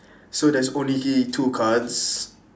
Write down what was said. so there's only two cards